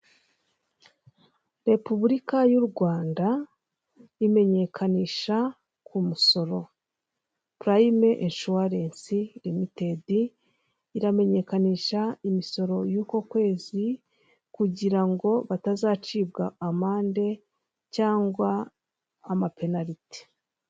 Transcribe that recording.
Repubulika y' u Rwanda imenyekanisha ku musoro kariyime inshuwarensi limitedi iramenyekanisha imisoro y'uko kweze kugira ngo batazacibwa amande cyangwa amapenalite.